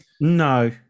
No